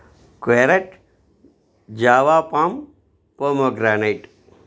courgette java plum pomegranate